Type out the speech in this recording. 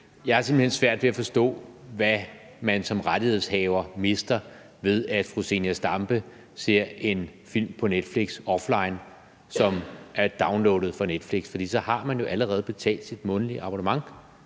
hen svært ved at forstå, hvad man som rettighedshaver mister, ved at fru Zenia Stampe ser en film på Netflix offline, altså som er downloadet fra Netflix, for så har man jo allerede betalt sit månedlige abonnement.